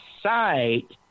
site